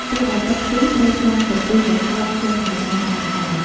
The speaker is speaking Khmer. ពេលដែលទឹកពុះត្រូវស្រង់ពពុះកង្វក់ចេញឱ្យបានសា្អតល្អ។